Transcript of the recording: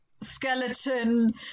skeleton